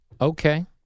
Okay